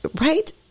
right